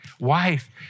wife